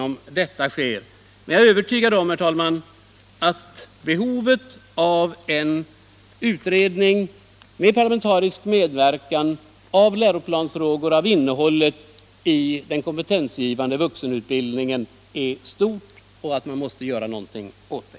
Men jag är övertygad om, herr talman, att behovet av en utredning med parlamentarisk medverkan av läroplansfrågor och av innehållet i den kompetensgivande vuxenutbildningen är stort och att någonting måste göras.